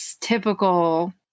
typical